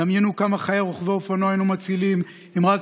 דמיינו כמה חיי רוכבי אופנוע היינו מצילים אם רק